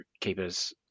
keepers